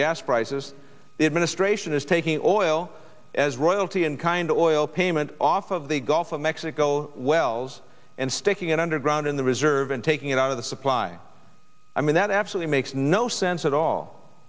gas prices the administration is taking o l as royalty and kind of oil payment off of the gulf of mexico oil wells and sticking it underground in the reserve and taking it out of the supply i mean that absolutely makes no no sense at all